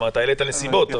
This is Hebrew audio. העלית נסיבות,